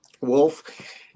Wolf